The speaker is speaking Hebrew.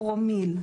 פרומיל.